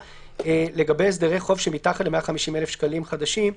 לגבי הסדרי חוב שמתחת ל-150,000 שקלים חדשים.